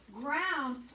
ground